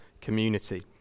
community